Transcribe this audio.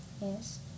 yes